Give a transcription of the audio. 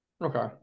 Okay